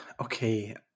Okay